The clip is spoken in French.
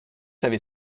avait